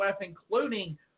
including